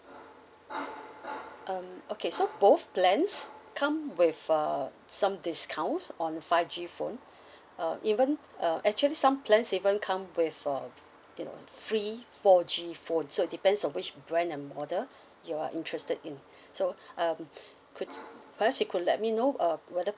um okay so both plans come with uh some discounts on five G phone uh even uh actually some plans even come with uh you know free four G phone so it depends on which brand and model you're interested in so um could or else you could let me know uh whether